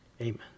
amen